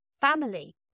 family